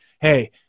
Hey